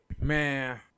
Man